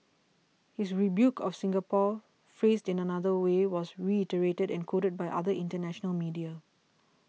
his rebuke of Singapore phrased in another way was reiterated and quoted by other international media